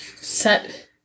set